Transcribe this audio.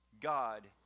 God